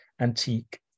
antique